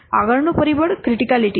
આગળનું પરિબળ ક્રિટિકાલીટી છે